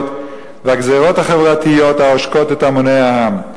והגזירות החברתיות העושקות את המוני העם.